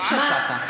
אי-אפשר ככה.